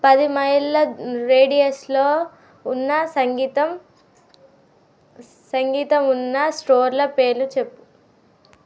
పది మైళ్ళ రేడియస్లో ఉన్న సంగీతం సంగీతం ఉన్న స్టోర్ల పేరు చెప్పు